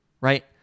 right